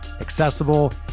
accessible